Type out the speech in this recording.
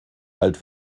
alt